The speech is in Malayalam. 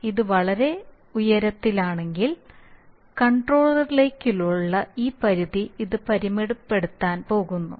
ഇത് വളരെ ഉയർന്നതാണെങ്കിൽ കൺട്രോളറിനുള്ളിലുള്ള ഈ പരിധി ഇത് പരിമിതപ്പെടുത്താൻ പോകുന്നു